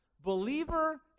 Believer